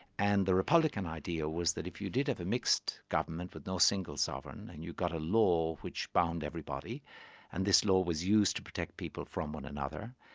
and the republican idea was that if you did have a mixed government with no single sovereign and you got a law which bound everybody and this law was used to protect people from one another,